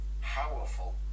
powerful